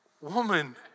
woman